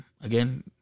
again